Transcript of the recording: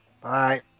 Bye